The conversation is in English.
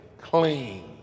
clean